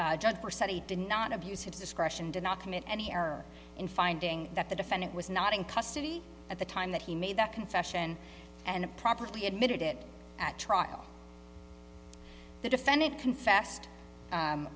did not abuse her discretion did not commit any error in finding that the defendant was not in custody at the time that he made that confession and property admitted it at trial the defendant confessed